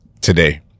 today